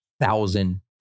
Thousand